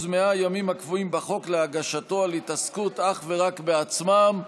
מאה הימים הקבועים בחוק להגשתו על התעסקות אך ורק בעצמם.